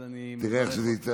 אז אני מברך אותך.